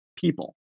people